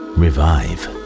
revive